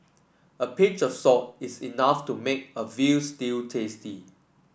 a pinch of salt is enough to make a veal stew tasty